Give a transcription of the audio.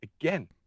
again